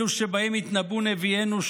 אלו שבהם התנבאו נביאנו,